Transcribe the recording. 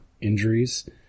injuries